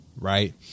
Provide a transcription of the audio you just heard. Right